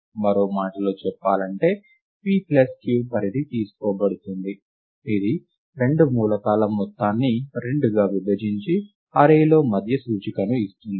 మరో మాటలో చెప్పాలంటే p ప్లస్ q పరిధి తీసుకోబడుతుంది ఇది రెండు మూలకాల మొత్తాన్ని రెండుగా విభజించి అర్రే లో మధ్య సూచికను ఇస్తుంది